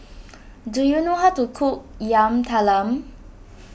do you know how to cook Yam Talam